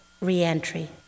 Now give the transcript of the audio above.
reentry